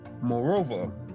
moreover